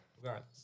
Regardless